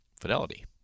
Fidelity